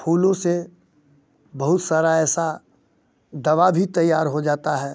फूलों से बहुत सारा ऐसा दवा भी तैयार हो जाता है